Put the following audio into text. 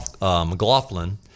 mclaughlin